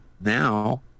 Now